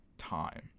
Time